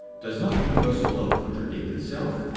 does not universal love contradict itself?